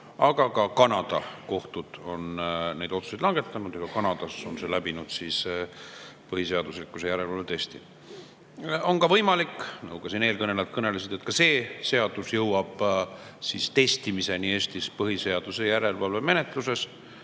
aga ka Kanada kohtud on neid otsuseid langetanud ja Kanadas on see läbinud põhiseaduslikkuse järelevalve testi. On ka võimalik, nagu eelkõnelejad siin juba ütlesid, et see seadus jõuab testimiseni Eestis põhiseaduse järelevalve menetluses,